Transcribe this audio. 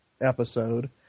episode